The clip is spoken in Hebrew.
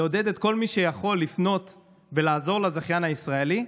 לעודד את כל מי שיכול לפנות ולעזור לזכיין הישראלי,